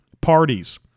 parties